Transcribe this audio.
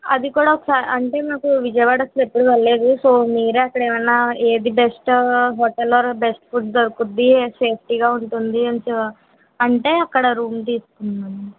అది కూడా ఒకసారి అంటే మాకు విజయవాడ షెడ్యూల్లో లేదు సో మీరే అక్కడ ఏమైనా ఏది బెస్టో హోటల్ ఆర్ బెస్ట్ ఫుడ్ దొరుకుతుంది అండ్ సేఫ్టీగా ఉంటుంది అంటే అక్కడ రూమ్ తీసుకుంటామండి